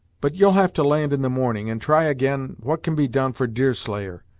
but you'll have to land in the morning, and try again what can be done for deerslayer.